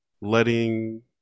letting